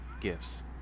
gifts